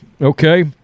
okay